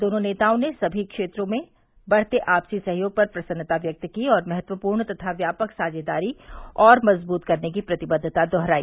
दोनों नेताओं ने सभी क्षेत्रों में बढ़ते आपसी सहयोग पर प्रसन्नता व्यक्त की और महत्वपूर्ण तथा व्यापक साझेदारी और मजबूत करने की प्रतिबद्दता दोहराई